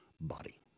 body